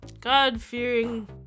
God-fearing